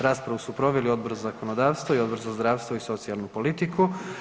Raspravu su proveli Odbor za zakonodavstvo i Odbor za zdravstvo i socijalnu politiku.